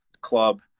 club